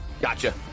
Gotcha